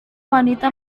wanita